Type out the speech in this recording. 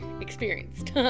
experienced